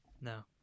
no